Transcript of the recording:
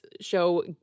show